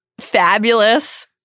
fabulous